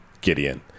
Gideon